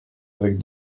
avec